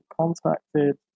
contacted